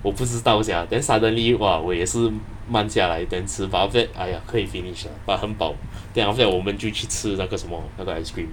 我不知道 sia then suddenly !wah! 我也是慢下来 then 吃 but then after that !aiya! 可以 finished ah but 很饱 then after that 我们就去吃那个什么那个 ice cream